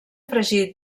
fregit